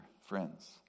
friends